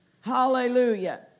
Hallelujah